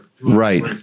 Right